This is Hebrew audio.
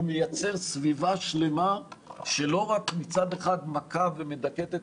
מייצר סביבה שלמה שלא רק מכה ומדכאת את